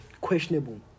questionable